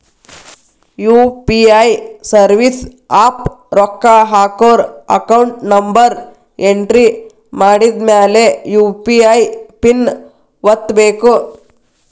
UPI service app ರೊಕ್ಕ ಹಾಕೋರ್ account number entry ಮಾಡಿದ್ಮ್ಯಾಲೆ ಯು.ಪಿ.ಐ ಪಿನ್ ಒತ್ತಬೇಕು